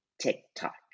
TikTok